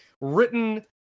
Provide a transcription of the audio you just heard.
written